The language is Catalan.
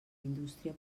indústria